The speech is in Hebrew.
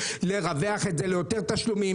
לרווח את זה ליותר תשלומים.